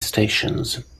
stations